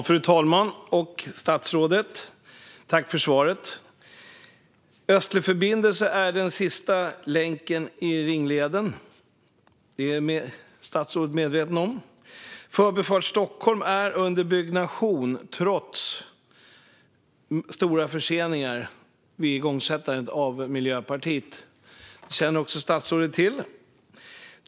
Fru talman! Tack för svaret, statsrådet! Östlig förbindelse är den sista länken i ringleden. Det är statsrådet medveten om. Förbifart Stockholm är under byggnation trots stora förseningar vid igångsättandet på grund av Miljöpartiet. Det känner statsrådet till.